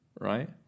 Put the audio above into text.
right